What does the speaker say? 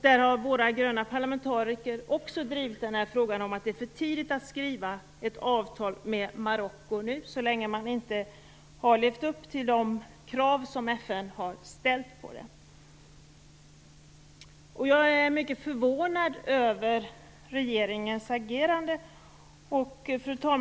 Där har våra gröna parlamentariker också hävdat att det är för tidigt att träffa avtal med Marocko så länge man där inte har levt upp till FN:s krav. Jag är mycket förvånad över regeringens agerande. Fru talman!